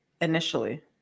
initially